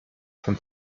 von